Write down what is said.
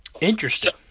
Interesting